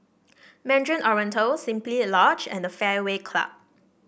Mandarin Oriental Simply Lodge and the Fairway Club